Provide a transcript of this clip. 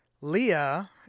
Leah